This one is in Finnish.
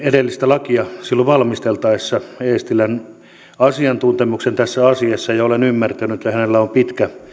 edellistä lakia valmisteltaessa eestilän asiantuntemuksen tässä asiassa ja olen ymmärtänyt ja hänellä on pitkä